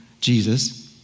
Jesus